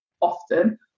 often